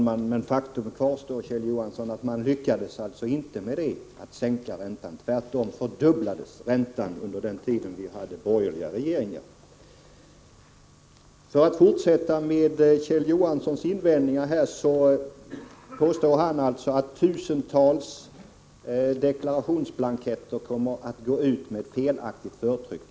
Herr talman! Faktum kvarstår, Kjell Johansson: Man lyckades inte att sänka räntan — tvärtom fördubblades räntan under den tid som vi hade borgerliga regeringar. För att fortsätta med att ta upp Kjell Johanssons invändningar så påstår han att tusentals deklarationsblanketter kommer att gå ut med felaktigt förtryck.